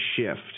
shift